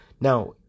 Now